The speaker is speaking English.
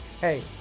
hey